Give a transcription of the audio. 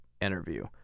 interview